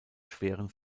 schweren